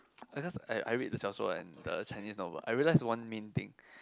because I I read the 小说 and the Chinese novel I realize one main thing